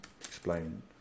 explain